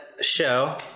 show